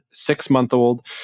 six-month-old